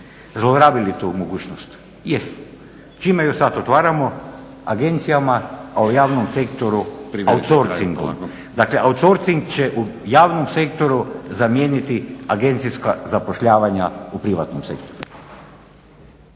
zlorabili tu mogućnost? Jesu. Čime ju sada otvaramo? Agencijama, a o javnom sektoru outsourcingu dakle outsourcing će u javnom sektoru zamijeniti agencijska zapošljavanja u privatnom sektoru.